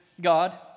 God